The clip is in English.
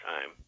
time